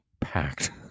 packed